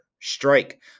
Strike